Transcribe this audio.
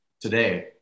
today